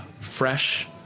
fresh